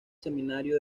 seminario